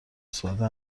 ساده